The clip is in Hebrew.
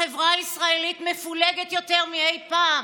החברה הישראלית מפולגת יותר מאי-פעם,